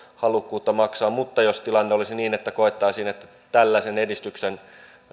halukkuutta maksaa mutta jos tilanne olisi niin että koettaisiin että tällaisen edistyksen